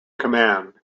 command